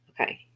Okay